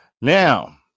now